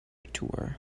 tour